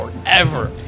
forever